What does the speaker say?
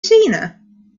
seen